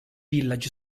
village